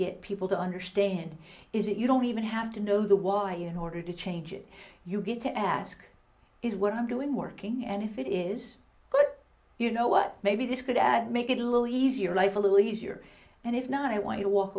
get people to understand is if you don't even have to know the why in order to change it you get to ask is what i'm doing working and if it is good you know what maybe this could add make it a little easier life a little easier and if not i want to walk